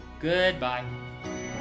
Goodbye